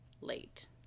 late